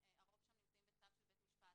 הרוב שם נמצאים בצו של בית משפט,